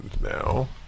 now